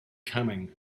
coming